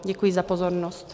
Děkuji za pozornost.